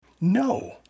No